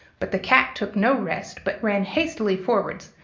but the cat took no rest, but ran hastily forwards,